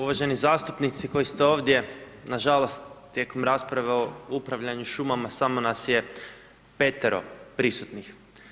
Uvaženi zastupnici koji ste ovdje, na žalost tijekom rasprave o upravljanju šumama samo nas je 5. prisutnih.